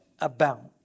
abound